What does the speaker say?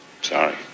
Sorry